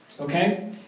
okay